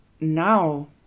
now